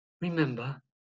remember